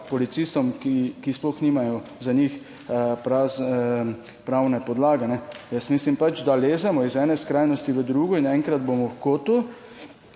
policistom, ki sploh nimajo za njih pravne podlage. Jaz mislim pač, da lezemo iz ene skrajnosti v drugo in enkrat bomo v kotu